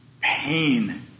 pain